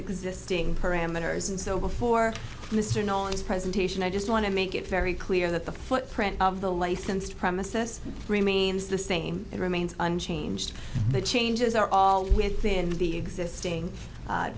existing parameters and so before mr nolan's presentation i just want to make it very clear that the footprint of the licensed premises remains the same it remains unchanged the changes are all within the existing